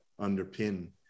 underpin